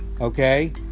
Okay